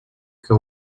que